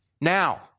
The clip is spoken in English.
Now